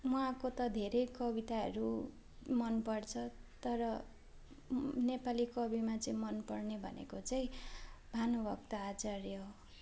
उहाँको त धेरै कविताहरू मन पर्छ तर नेपाली कविमा चाहिँ मन पर्ने भनेको चाहिँ भानुभक्त आचार्य हो